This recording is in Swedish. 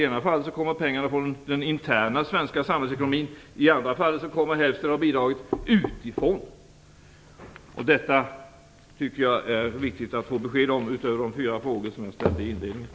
I det ena fallet kommer pengarna från den interna svenska samhällsekonomin, i det andra kommer hälften av bidraget utifrån. Detta tycker jag att det är viktigt att få besked om utöver de fyra frågor som jag ställde inledningsvis.